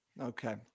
Okay